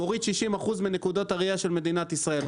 מוריד 60% מנקודות הרעייה של מדינת ישראל.